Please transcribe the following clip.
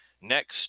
next